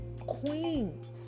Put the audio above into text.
queens